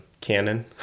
canon